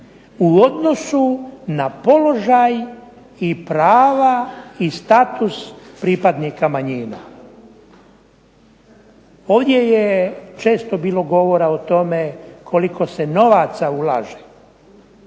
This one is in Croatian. u odnosu na položaj i prava i status pripadnika manjina. Ovdje je često bilo govora o tome koliko se novaca ulaže.